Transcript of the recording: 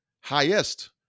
highest